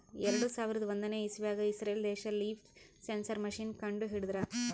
ಎರಡು ಸಾವಿರದ್ ಒಂದನೇ ಇಸವ್ಯಾಗ್ ಇಸ್ರೇಲ್ ದೇಶ್ ಲೀಫ್ ಸೆನ್ಸರ್ ಮಷೀನ್ ಕಂಡು ಹಿಡದ್ರ